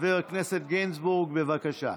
חבר הכנסת גינזבורג, בבקשה.